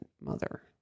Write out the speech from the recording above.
mother